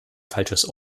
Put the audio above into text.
falsches